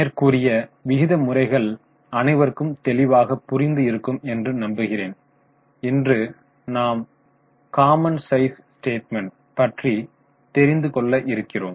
மேற்கூறிய விகித முறைகள் அனைவருக்கும் தெளிவாக புரிந்து இருக்கும் என்று நம்புகிறேன் இன்று நாம் காமன் சைஸ் ஸ்டேட்மென்ட் பற்றி தெரிந்து கொள்ள இருக்கிறோம்